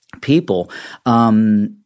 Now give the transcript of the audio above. people